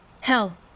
Hell